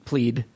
Plead